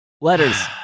letters